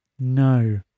no